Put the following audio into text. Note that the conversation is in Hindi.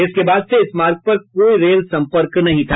इसके बाद से इस मार्ग पर कोई रेल संपर्क नहीं था